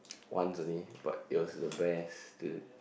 once only but it was the best dude